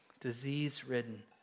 disease-ridden